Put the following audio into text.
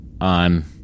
on